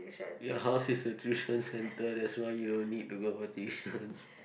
your house is a tuition centre that's why you don't need to go for tuition